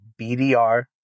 BDR